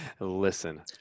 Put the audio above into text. Listen